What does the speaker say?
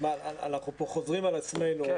אנחנו חוזרים על עצמנו.